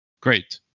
Great